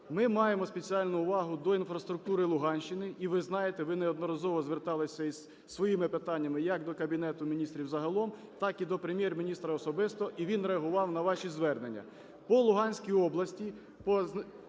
Ми маємо спеціальну увагу до інфраструктури Луганщини. І, ви знаєте, ви неодноразово зверталися із своїми питаннями як до Кабінету Міністрів загалом, так і до Прем'єр-міністра особисто, і він реагував на ваші звернення.